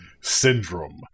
syndrome